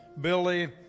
Billy